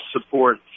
support